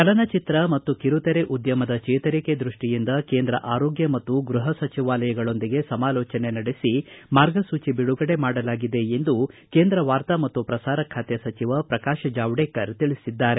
ಚಲನಚಿತ್ರ ಮತ್ತು ಕಿರುತೆರೆ ಉದ್ದಮದ ಚೇತರಿಕೆ ದೃಷ್ಷಿಯಿಂದ ಕೇಂದ್ರ ಆರೋಗ್ಯ ಮತ್ತು ಗೃಪ ಸಚಿವಾಲಯಗಳೊಂದಿಗೆ ಸಮಾಲೋಚನೆ ನಡೆಸಿ ಮಾರ್ಗಸೂಚಿ ಬಿಡುಗಡೆ ಮಾಡಲಾಗಿದೆ ಎಂದು ಕೇಂದ್ರ ವಾರ್ತಾ ಮತ್ತು ಪ್ರಸಾರ ಖಾತೆ ಸಚಿವ ಪ್ರಕಾಶ್ ಜಾವಡೇಕರ್ ತಿಳಿಸಿದ್ದಾರೆ